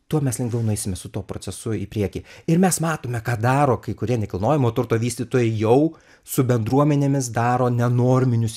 tuo mes lengviau nueisime su tuo procesu į priekį ir mes matome ką daro kai kurie nekilnojamojo turto vystytojai jau su bendruomenėmis daro nenorminius